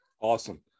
Awesome